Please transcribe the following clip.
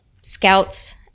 scouts